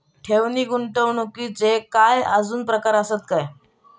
ठेव नी गुंतवणूकचे काय आजुन प्रकार आसत काय?